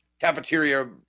cafeteria